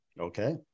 Okay